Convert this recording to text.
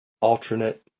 alternate